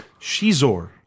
Shizor